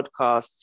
podcasts